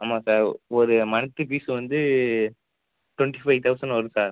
ஆமாம் சார் ஒரு month fees வந்து டுவெண்ட்டி ஃபைவ் தௌசண்ட் வரும் சார்